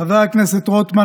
חבר הכנסת רוטמן,